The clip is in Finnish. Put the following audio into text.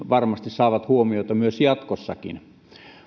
varmasti saavat huomiota myös jatkossakin